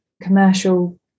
commercial